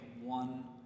one